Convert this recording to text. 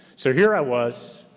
so here i was,